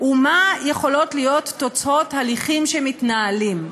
ומה יכולות להיות תוצאות הליכים שמתנהלים.